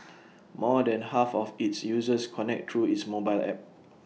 more than half of its users connect through its mobile app